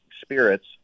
spirits